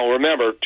remember